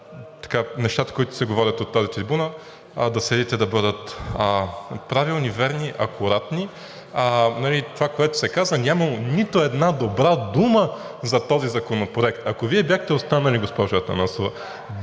нещата, които се говорят от тази трибуна, да следите да бъдат правилни, верни, акуратни. Това, което се каза – нямало нито една добра дума за този законопроект. Ако Вие бяхте останали, госпожо Атанасова,